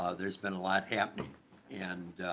ah there's been a lot happening and